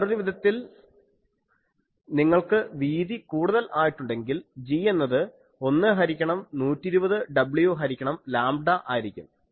വേറൊരു വിധത്തിൽ നിങ്ങൾക്ക് വീതി കൂടുതൽ ആയിട്ടുണ്ടെങ്കിൽ G എന്നത് 1 ഹരിക്കണം 120 w ഹരിക്കണം ലാംഡാ ആയിരിക്കും